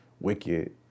wicked